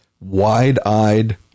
wide-eyed